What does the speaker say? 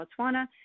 Botswana